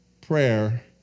prayer